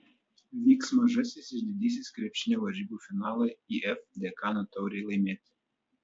vyks mažasis ir didysis krepšinio varžybų finalai if dekano taurei laimėti